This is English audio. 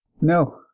No